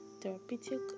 therapeutic